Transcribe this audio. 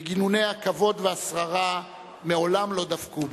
וגינוני הכבוד והשררה מעולם לא דבקו בו.